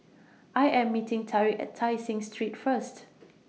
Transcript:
I Am meeting Tariq At Tai Seng Street First